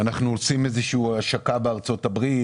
אנחנו עושים השקה בארצות הברית,